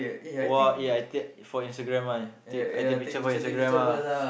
!wah! eh I take for Instagram [one] take I take picture for Instagram ah